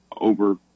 over